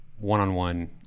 one-on-one